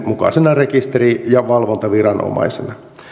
mukaisena rekisteri ja valvontaviranomaisena